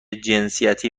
جنسیتی